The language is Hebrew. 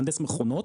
מהנדס מכונות,